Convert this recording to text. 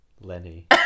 Lenny